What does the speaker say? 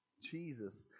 Jesus